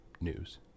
news